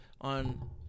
on